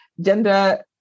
gender